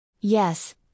Yes